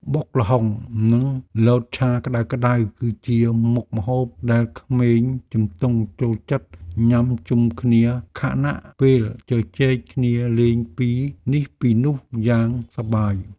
បុកល្ហុងនិងលតឆាក្ដៅៗគឺជាមុខម្ហូបដែលក្មេងជំទង់ចូលចិត្តញ៉ាំជុំគ្នាខណៈពេលជជែកគ្នាលេងពីនេះពីនោះយ៉ាងសប្បាយ។